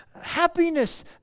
happiness